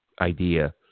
idea